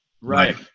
Right